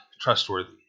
trustworthy